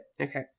Okay